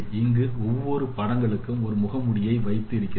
இங்கு ஒவ்வொரு படகுகளும் இந்த முகமூடியை வைத்து இருக்கின்றன